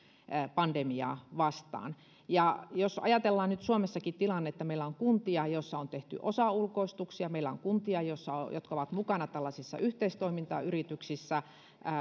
pandemiaa vastaan jos ajatellaan nyt suomessakin tilannetta niin meillä on kuntia joissa on tehty osaulkoistuksia ja meillä on kuntia jotka ovat mukana tällaisissa yhteistoimintayrityksissä